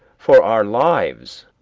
for our lives,